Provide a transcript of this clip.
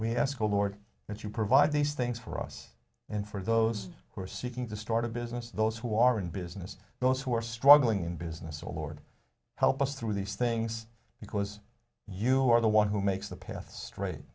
we have school board that you provide these things for us and for those who are seeking to start a business those who are in business those who are struggling in business or lord help us through these things because you are the one who makes the path straight